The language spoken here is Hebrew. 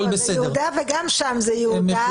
גם פה זה יהודה וגם שם זה יהודה,